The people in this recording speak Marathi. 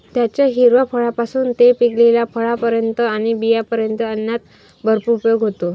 त्याच्या हिरव्या फळांपासून ते पिकलेल्या फळांपर्यंत आणि बियांपर्यंत अन्नात भरपूर उपयोग होतो